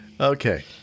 Okay